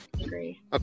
agree